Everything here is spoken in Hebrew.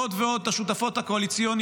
עוד ועוד את השותפות הקואליציוניות